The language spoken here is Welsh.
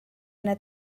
yna